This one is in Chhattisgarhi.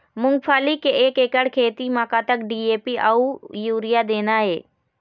मूंगफली के एक एकड़ खेती म कतक डी.ए.पी अउ यूरिया देना ये?